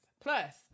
Plus